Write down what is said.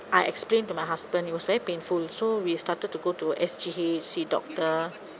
I explained to my husband it was very painful so we started to go to S_G_H see doctor